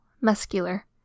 muscular